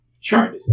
Sure